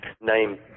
name